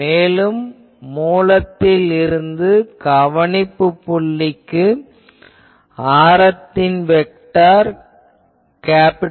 மேலும் மூலத்தில் இருந்து கவனிப்புப் புள்ளிக்கு ஆரத்தின் வெக்டார் R